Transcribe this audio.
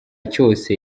cyose